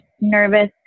nervous